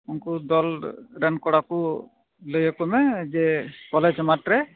ᱩᱱᱠᱩ ᱫᱚᱞ ᱨᱮᱱ ᱠᱚᱲᱟ ᱠᱚ ᱞᱟᱹᱭᱟᱠᱚ ᱢᱮ ᱡᱮ ᱠᱚᱞᱮᱡᱽ ᱢᱟᱴ ᱨᱮ